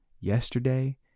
yesterday